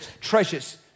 treasures